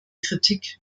kritik